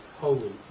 holy